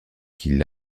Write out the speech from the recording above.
qu’il